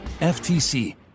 FTC